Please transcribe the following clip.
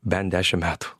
bent dešimt metų